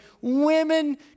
women